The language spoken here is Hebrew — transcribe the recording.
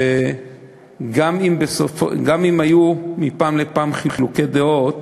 וגם אם היו מפעם לפעם חילוקי דעות,